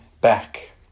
back